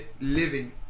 living